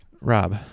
Rob